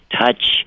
touch